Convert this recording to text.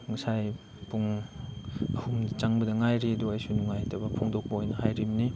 ꯉꯁꯥꯏ ꯄꯨꯡ ꯑꯍꯨꯝꯗ ꯆꯪꯕꯗ ꯉꯥꯏꯔꯤ ꯑꯗꯨ ꯑꯩꯁꯨ ꯅꯨꯡꯉꯥꯏꯇꯕ ꯐꯣꯡꯗꯣꯛꯄ ꯑꯣꯏꯅ ꯍꯥꯏꯔꯤꯕꯅꯤ